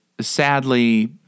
sadly